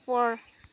ওপৰ